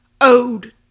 Ode